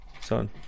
son